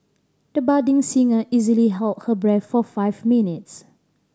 the budding singer easily held her breath for five minutes